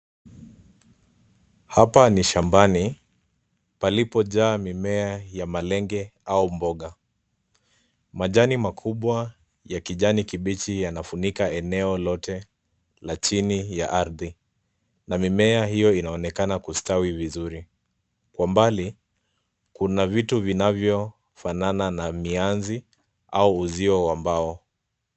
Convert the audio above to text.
Hapa ni shambani palipojaa mimea ya malenge au mboga. Majani makubwa ya kijani kibichi yanafunika eneo lote la chini ya ardhi na mimea hiyo inaonekana kustawi vizuri . Kwa mbali, kuna vitu vinavyofanana na mianzi au uzio wa mbao.